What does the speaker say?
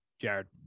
Jared